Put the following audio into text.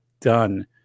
done